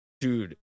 dude